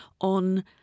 on